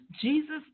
Jesus